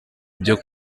byo